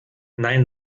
nein